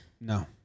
No